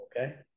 Okay